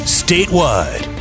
statewide